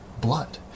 blood